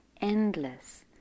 Endless